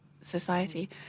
society